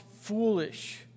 foolish